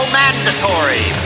mandatory